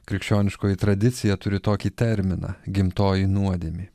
krikščioniškoji tradicija turi tokį terminą gimtoji nuodėmė